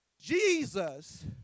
Jesus